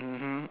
mmhmm